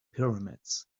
pyramids